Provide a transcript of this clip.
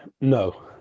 no